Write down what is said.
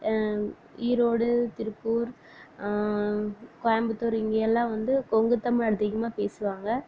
ஈரோடு திருப்பூர் கோயம்புத்தூர் இங்கே எல்லாம் வந்து கொங்கு தமிழ் அதிகமாக பேசுவாங்க